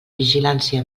vigilància